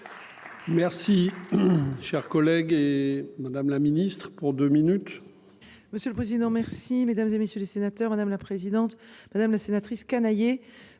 Merci. Collègue et Madame la Ministre pour 2 minutes. Monsieur le président. Merci mesdames et messieurs les sénateurs, madame la présidente, madame la sénatrice Canayer